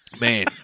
Man